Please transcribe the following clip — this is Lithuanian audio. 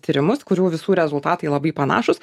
tyrimus kurių visų rezultatai labai panašūs